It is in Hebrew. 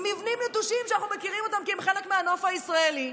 עם מבנים נטושים שאנחנו מכירים כי הם חלק מהנוף הישראלי,